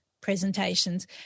presentations